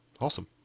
Awesome